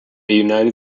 united